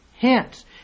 hence